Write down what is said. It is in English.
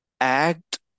act